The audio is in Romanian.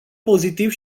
pozitiv